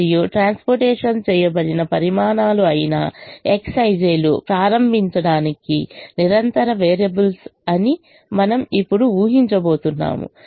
మరియు ట్రాన్స్పోర్టేషన్ చేయబడిన పరిమాణాలు అయిన Xij లు ప్రారంభించడానికి నిరంతర వేరియబుల్స్ అని మనము ఇప్పుడు ఊహించబోతున్నాము